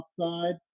upside